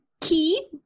Key